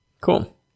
Cool